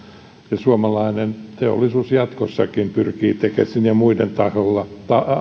ja suomalainen teollisuus pyrkii jatkossakin tekesin ja muiden